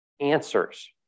answers